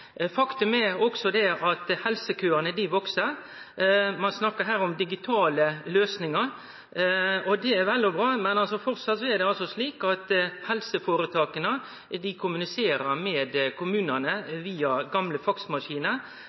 Faktum er også at helsekøane veks. Ein snakkar her om digitale løysingar, og det er vel og bra, men fortsatt er det altså slik at helseføretaka kommuniserer med kommunane via gamle faksmaskinar,